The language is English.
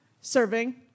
serving